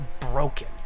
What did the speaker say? broken